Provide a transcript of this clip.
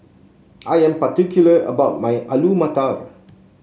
I am particular about my Alu Matar